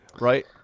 Right